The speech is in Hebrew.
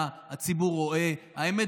הזכרת את שמו, הוא ענה לך,